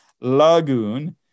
lagoon